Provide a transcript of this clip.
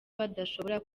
badashobora